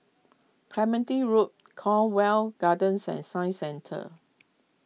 Clementi Loop Cornwall Gardens and Science Centre